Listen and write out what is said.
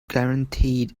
guaranteed